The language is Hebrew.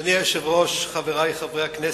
אדוני היושב-ראש, חברי חברי הכנסת,